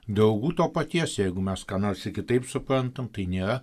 draugų to paties jeigu mes ką nors ir kitaip suprantam tai nėra